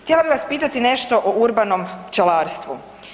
Htjela bih vas pitati nešto o urbanom pčelarstvu.